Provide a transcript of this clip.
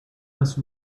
was